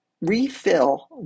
refill